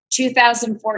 2014